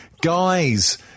Guys